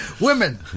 Women